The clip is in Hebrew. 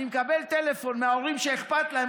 אני מקבל טלפון מהורים שאכפת להם,